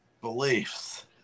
beliefs